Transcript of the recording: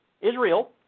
Israel